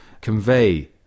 Convey